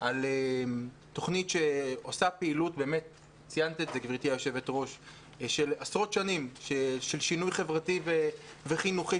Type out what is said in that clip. על תוכנית שעושה במשך עשרות שנים פעילות של שינוי חברתי וחינוכי,